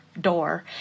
door